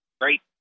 Great